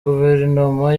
guverinoma